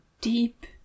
deep